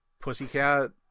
pussycat